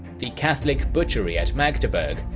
the catholic butchery at magdeburg,